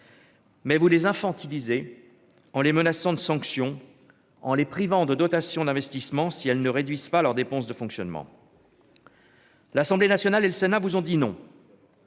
Mais vous les infantiliser en les menaçant de sanctions, en les privant de dotation d'investissement si elles ne réduisent pas leurs dépenses de fonctionnement. L'Assemblée nationale et le Sénat, vous ont dit non.